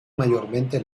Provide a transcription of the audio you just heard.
mayormente